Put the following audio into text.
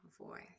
voice